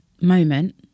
moment